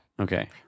Okay